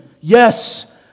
yes